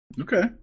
okay